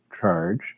charge